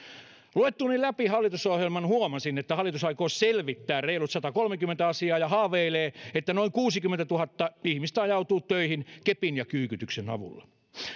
luettuani läpi hallitusohjelman huomasin että hallitus aikoo selvittää reilut satakolmekymmentä asiaa ja haaveilee että noin kuusikymmentätuhatta ihmistä ajautuu töihin kepin ja kyykytyksen avulla